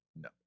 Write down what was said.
No